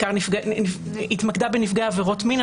היא התמקדה בנפגעי עבירות מין,